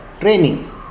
training